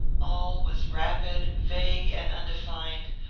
all was rapid, vague, and undefined,